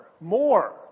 More